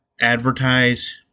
advertise